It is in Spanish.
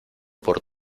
por